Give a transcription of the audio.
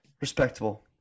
Respectable